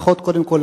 קודם כול,